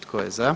Tko je za?